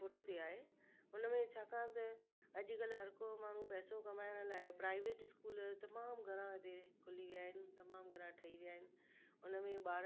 पुठिते आहे हुन में छाकाणि त अॼुकल्ह हर को माण्हू पैसो कमाइण लाइ प्राइवेट स्कूल तमामु घणा हिते खुली विया आहिनि तमामु घणा ठही विया आहिनि उन में ॿारनि जी